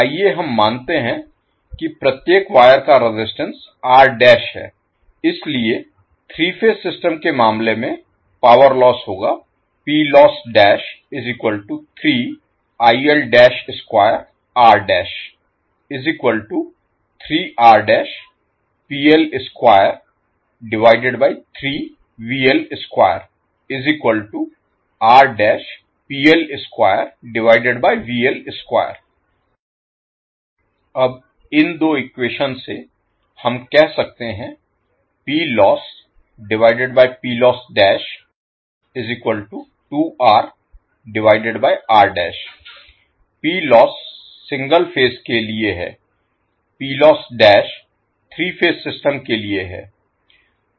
आइए हम मानते हैं कि प्रत्येक वायर का रेजिस्टेंस है इसलिए 3 फेज सिस्टम के मामले में पावर लोस्स होगा अब इन दो इक्वेशन से हम कह सकते हैं सिंगल फेज के लिए है 3 फेज सिस्टम के लिए है